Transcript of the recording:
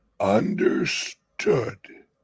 understood